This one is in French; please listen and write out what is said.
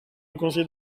conseiller